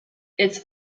its